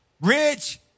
rich